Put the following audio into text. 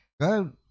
Go